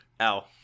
ow